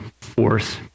force